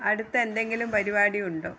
അടുത്ത് എന്തെങ്കിലും പരിപാടി ഉണ്ടോ